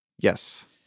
Yes